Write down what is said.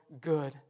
good